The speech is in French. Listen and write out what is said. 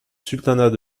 sultanat